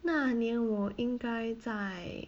那年我应该在